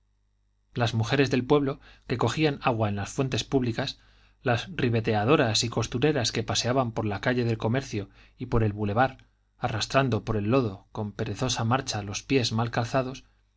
las mujeres del pueblo que cogían agua en las fuentes públicas las ribeteadoras y costureras que paseaban por la calle del comercio y por el boulevard arrastrando por el lodo con perezosa marcha los pies mal calzados